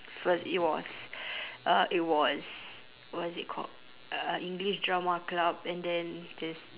first it was uh it was what's it called uh english drama club and then there's